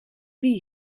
wie